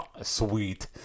Sweet